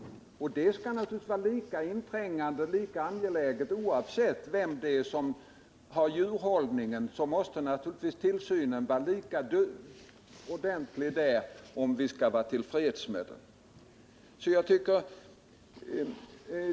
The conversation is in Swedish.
Tillsynen skall naturligtvis vara inträngande och lika ordentlig, om vi skall vara till freds med den, oavsett vem som har djurhållningen.